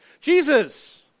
Jesus